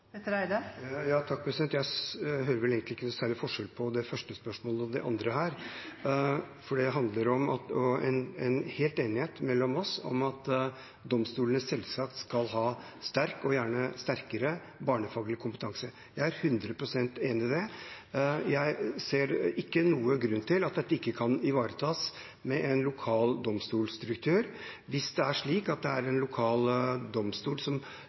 hører vel egentlig ikke noe særlig forskjell på det første og det andre spørsmålet her. Det er full enighet mellom oss om at domstolene selvsagt skal ha sterk, og gjerne sterkere, barnefaglig kompetanse. Jeg er hundre prosent enig i det. Jeg ser ikke noen grunn til at dette ikke kan ivaretas med en lokal domstolstruktur. Hvis en lokal domstol får i fanget en svært vanskelig og krevende sak som